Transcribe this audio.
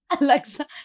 Alexa